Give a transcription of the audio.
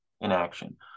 inaction